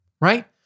Right